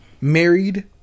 married